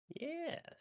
Yes